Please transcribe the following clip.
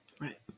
right